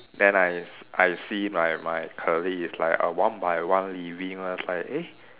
then I I see my my colleague is like uh one by one leaving lah it's like eh